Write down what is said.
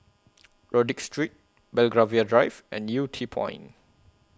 Rodyk Street Belgravia Drive and Yew Tee Point